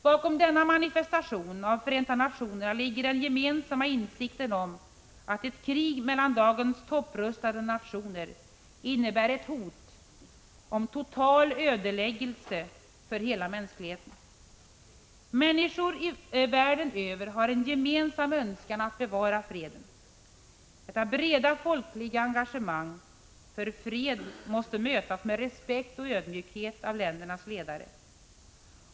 Bakom denna manifestation av Förenta nationerna ligger den gemensamma insikten om att ett krig mellan dagens topprustade nationer innebär ett hot om total ödeläggelse för hela mänskligheten. Människor världen över har en gemensam önskan att bevara freden. Detta breda folkliga engagemang för fred måste mötas med respekt och ödmjukhet av ländernas ledare.